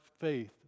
faith